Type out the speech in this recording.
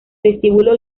vestíbulo